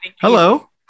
hello